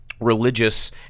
religious